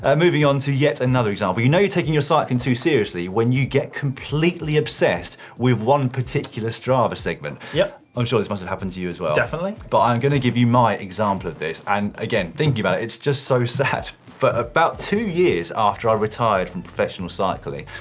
um moving onto yet another example. you know you're taking your cycling too seriously when you get completely obsessed with one particular strava segment. yep. i'm sure this must have happened to you as well. definitely. but i'm going to give you my example of this, and again, thinking about it, it's just so sad, but about two years after i retired from professional cycling,